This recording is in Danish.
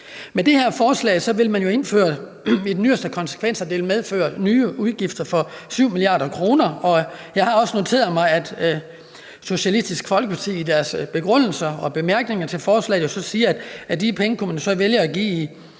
Det her forslag vil i den yderste konsekvens medføre nye udgifter for 7 mia. kr., og jeg har også noteret mig, at Socialistisk Folkeparti i deres begrundelse og bemærkninger til forslaget jo siger, at de penge kunne man så vælge at give til